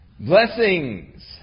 Blessings